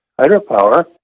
hydropower